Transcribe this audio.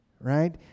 Right